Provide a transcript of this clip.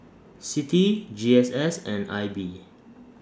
CITI G S S and I B